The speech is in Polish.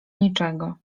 niczego